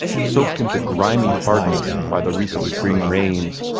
soaked into grimy hardness by the recent spring rains,